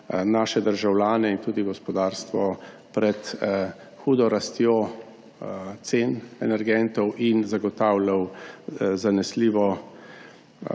naše državljane in tudi gospodarstvo pred hudo rastjo cen energentov in zagotavljal zanesljivo